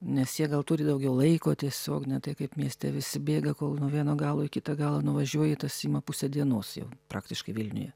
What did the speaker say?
nes jie gal turi daugiau laiko tiesiog ne tai kaip mieste visi bėga kol nuo vieno galo į kitą galą nuvažiuoji tas ima pusę dienos jau praktiškai vilniuje